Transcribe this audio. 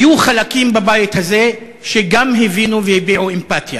היו חלקים בבית הזה שגם הבינו והביעו אמפתיה